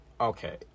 Okay